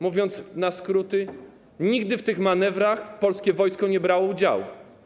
Mówiąc na skróty, nigdy w tych manewrach polskie wojsko nie brało udziału.